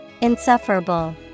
Insufferable